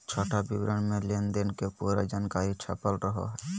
छोटा विवरण मे लेनदेन के पूरा जानकारी छपल रहो हय